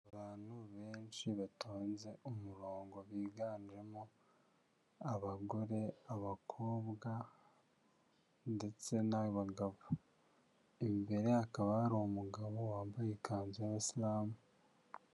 Abantu benshi batonze umurongo, biganjemo; abagore, abakobwa, ndetse n'abagabo. Imbere hakaba hari umugabo wambaye ikanzu y'abasiramu.